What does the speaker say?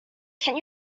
can